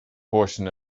portion